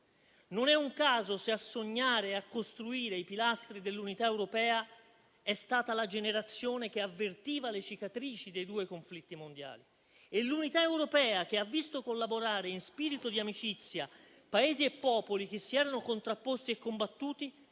Non è un caso se a sognare e a costruire i pilastri dell'unità europea è stata la generazione che avvertiva le cicatrici dei due conflitti mondiali. E l'unità europea, che ha visto collaborare in spirito di amicizia Paesi e popoli che si erano contrapposti e combattuti,